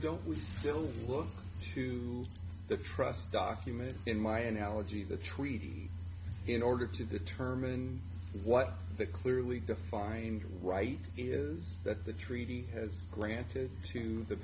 don't we still look to the trust document in my analogy of the treaty in order to determine what the clearly defined right is that the treaty has granted to the